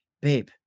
babe